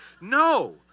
No